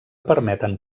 permeten